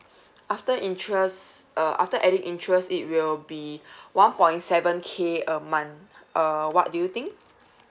after interest uh after adding interest it will be one point seven K a month uh what do you think